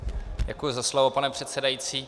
Děkuji za slovo, pane předsedající.